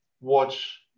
watch